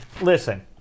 Listen